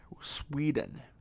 Sweden